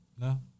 No